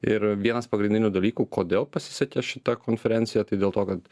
ir vienas pagrindinių dalykų kodėl pasisekė šita konferencija tai dėl to kad